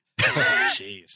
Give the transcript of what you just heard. Jeez